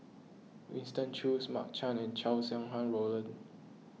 Winston Choos Mark Chan and Chow Sau Hai Roland